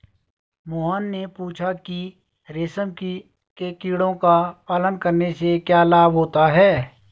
मोहन ने पूछा कि रेशम के कीड़ों का पालन करने से क्या लाभ होता है?